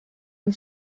une